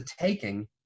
taking